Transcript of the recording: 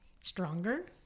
stronger